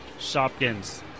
Shopkins